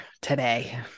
today